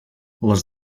les